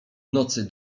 nocy